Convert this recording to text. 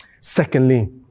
Secondly